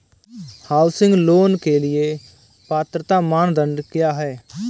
Housing loan के लिए पात्रता मानदंड क्या हैं?